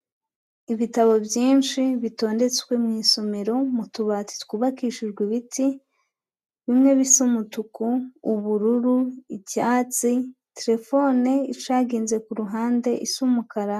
Ibitabo byinshi bitondetswe mu isomero mu tubati twubakishijwe ibiti, bimwe bisa: umutuku, ubururu, icyatsi, terefone icaginze ku ruhande isa umukara.